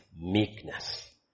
meekness